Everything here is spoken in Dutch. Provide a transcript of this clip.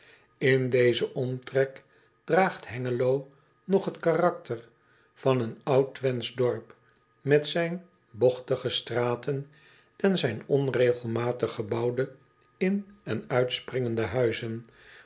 n dezen omtrek draagt engelo nog het karakter van een oud wentsch dorp met zijn bogtige straten en zijn onregelmatig gebouwde in en uitspringende huizen